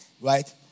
Right